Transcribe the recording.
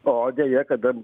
o deja kada